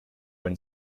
when